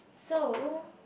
so